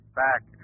back